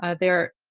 ah there